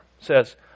says